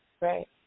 right